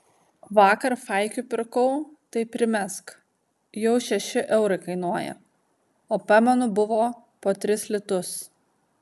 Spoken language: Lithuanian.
vakar faikių pirkau tai primesk jau šeši eurai kainuoja o pamenu buvo po tris litus